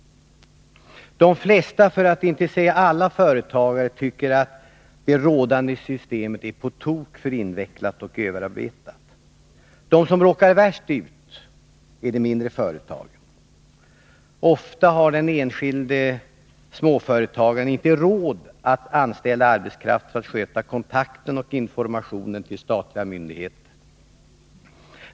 De flesta — för att inte säga alla — företagare tycker att det rådande systemet är på tok för invecklat och överarbetat. De som råkar värst ut är de mindre företagen. Ofta har den enskilde småföretagaren inte råd att anställa arbetskraft för att sköta kontakten med och informationen till statliga myndigheter.